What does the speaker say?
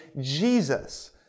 Jesus